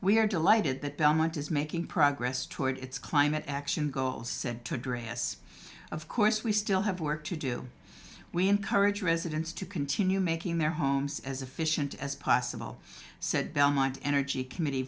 we are delighted that belmont is making progress toward its climate action goal said to address of course we still have work to do we encourage residents to continue making their homes as efficient as possible said belmont energy committee